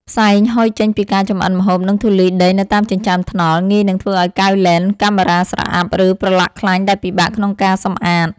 ផ្សែងហុយចេញពីការចម្អិនម្ហូប និងធូលីដីនៅតាមចិញ្ចើមថ្នល់ ងាយនឹងធ្វើឱ្យកែវលែនកាមេរ៉ាស្រអាប់ ឬប្រឡាក់ខ្លាញ់ដែលពិបាកក្នុងការសម្អាត។